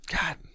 God